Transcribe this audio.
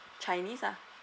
chinese ah